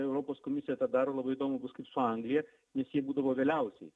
europos komisija tą daro labai įdomu bus kaip su anglija nes ji būdavo vėliausiai